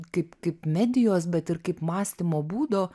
kaip kaip medijos bet ir kaip mąstymo būdo